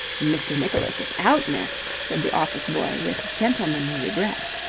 mr. nicholas is out, miss, said the office-boy, with gentlemanly regret.